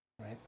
right